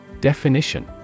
Definition